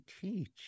teach